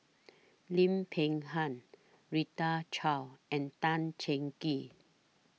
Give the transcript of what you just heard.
Lim Peng Han Rita Chao and Tan Cheng Kee